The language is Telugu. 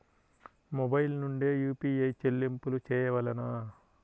మొబైల్ నుండే యూ.పీ.ఐ చెల్లింపులు చేయవలెనా?